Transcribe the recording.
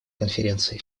конференции